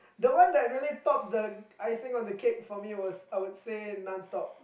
the one that really top the icing on the cake for me was I would say non stop